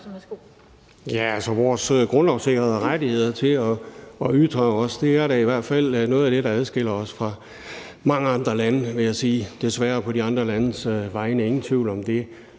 vores grundlovssikrede ret til at ytre os da i hvert fald er noget af det, der adskiller os fra mange andre lande – desværre for de andre lande – ingen tvivl om det.